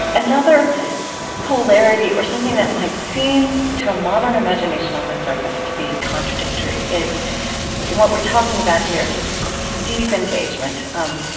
another polarity, or something that might seem to a modern imagination, on the surface, to be contradictory, is what we're talking about here his and his deep engagement. um